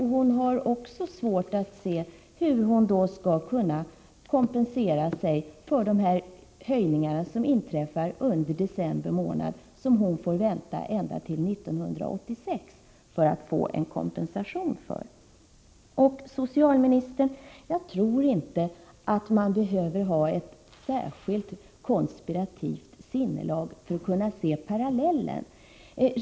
Hon har också svårt att se hur hon skall kunna kompensera sig för de höjningar som inträffar under december månad, som hon får vänta ända till 1986 för att få kompensation för. Jag tror inte, socialministern, att man behöver ha ett särskilt konspiratoriskt sinnelag för att kunna se parallellen här.